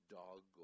dog